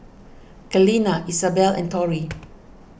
Kaleena Isabell and Tori